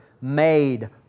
made